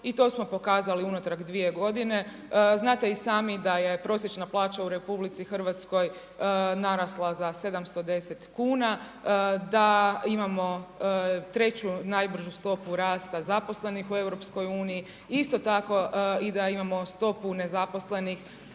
i to smo pokazali unatrag dvije godine. Znate i sami da je prosječna plaća u RH narasla za 710 kuna, da imamo 3 najbržu stopu rasta zaposlenih u EU. Isto tako i da imamo stopu nezaposlenih